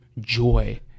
joy